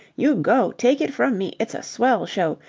you go! take it from me, it's a swell show.